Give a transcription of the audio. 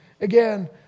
Again